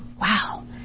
Wow